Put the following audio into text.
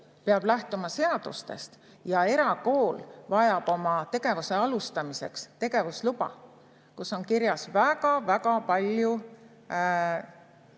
peab lähtuma seadustest ja erakool vajab oma tegevuse alustamiseks tegevusluba, kus on kirjas väga-väga palju